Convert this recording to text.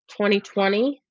2020